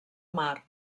mar